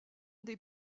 des